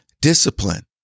discipline